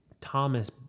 Thomas